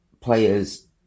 players